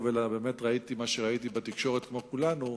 אלא ראיתי מה שראיתי בתקשורת כמו כולנו,